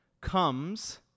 comes